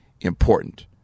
important